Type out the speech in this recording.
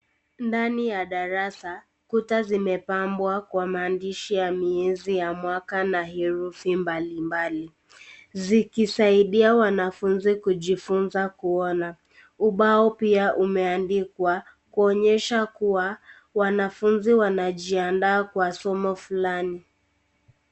Ndani ya darasa, kuta zimepampwa kwa maandishi ya miezi ya mwaka na herufi mbali mbali. Zikisaidia wanafunzi kujifunza kuona. Ubao pia umeandikwa, kuonyesha kuwa wanafunzi wanajiandaa kwa somo fulani.